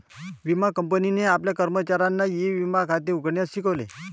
विमा कंपनीने आपल्या कर्मचाऱ्यांना ई विमा खाते उघडण्यास शिकवले